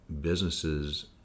businesses